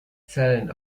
zellen